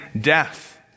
death